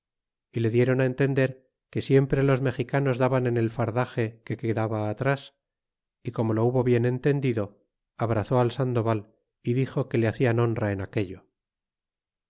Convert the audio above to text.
y le dieron á entender que siempre los mexicanos daban en el fardaxe que quedaba atras y como lo hubo bien entendido abrazó al sandoval y dixo que le hacian honra en aquello